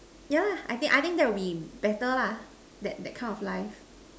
yeah I think I think that would be better lah that that kind of life